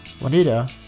Juanita